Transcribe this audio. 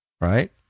Right